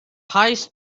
highest